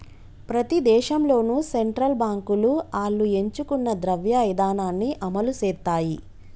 ప్రతి దేశంలోనూ సెంట్రల్ బాంకులు ఆళ్లు ఎంచుకున్న ద్రవ్య ఇదానాన్ని అమలుసేత్తాయి